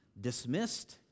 dismissed